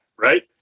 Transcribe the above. right